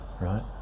right